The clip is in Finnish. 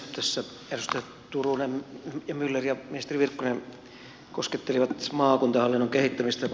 tässä edustajat turunen ja myller ja ministeri virkkunen koskettelivat maakuntahallinnon kehittämistä